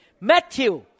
Matthew